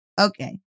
Okay